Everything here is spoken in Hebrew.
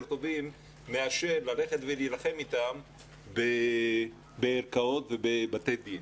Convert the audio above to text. טובים מאשר ללכת ולהילחם בערכאות ובבתי-דין.